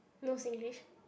no Singlish